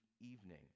evening